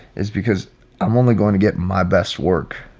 is because i'm only going to get my best work.